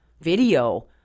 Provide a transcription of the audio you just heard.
video